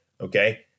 okay